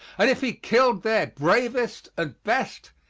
and if he killed their bravest and best,